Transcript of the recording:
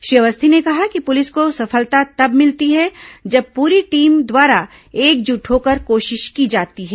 श्री अवस्थी ने कहा कि पुलिस को सफलता तब मिलती है जब पूरी टीम द्वारा एकजुट होकर कोशिश की जाती है